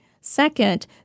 Second